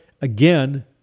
again